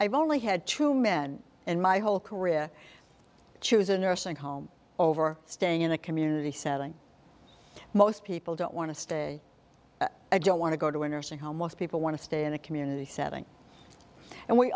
i've only had two men in my whole career choose a nursing home over staying in a community setting most people don't want to stay don't want to go to a nursing home most people want to stay in a community setting and we